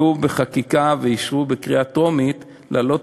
העלו חקיקה ואישרו בקריאה טרומית להעלות